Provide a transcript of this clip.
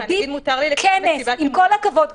עם כל הכבוד,